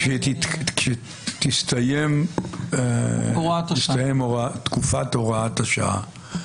כשתסתיים תקופת הוראת השעה,